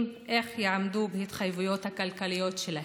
איך יעמדו בהתחייבויות הכלכליות שלהם.